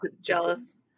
jealous